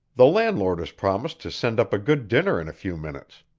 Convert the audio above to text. the landlord has promised to send up a good dinner in a few minutes.